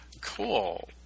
cool